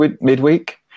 midweek